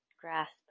Grasp